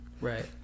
Right